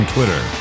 Twitter